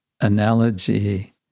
analogy